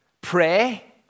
pray